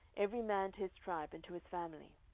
every man to his tribe and to his family,